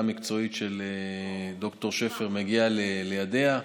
המקצועית של ד"ר שפר מגיעה לידיה.